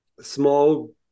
small